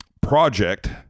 project